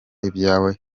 ibyawe